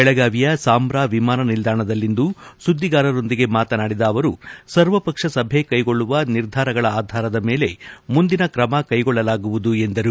ಬೆಳಗಾವಿಯ ಸಾಂಭ್ರಾ ವಿಮಾನ ನಿಲ್ದಾಣದಲ್ಲಿಂದು ಸುದ್ದಿಗಾರರೊಂದಿಗೆ ಮಾತನಾಡಿದ ಅವರು ಸರ್ವ ಪಕ್ಷ ಸಭೆ ಕ್ಟೆಗೊಳ್ಳುವ ನಿರ್ಧಾರಗಳ ಆಧಾರದ ಮೇಲೆ ಮುಂದಿನ ಕ್ರಮ ಕೈಗೊಳ್ಳಲಾಗುವುದು ಎಂದರು